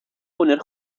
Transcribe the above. poner